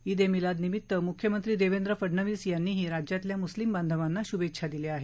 ईद ए मिलादनिमित्त मुख्यमंत्री देवेंद्र फडणवीस यांनी राज्यातल्या मुस्लिम बांधवांना शुभेच्छा दिल्या आहेत